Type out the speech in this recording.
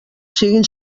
siguin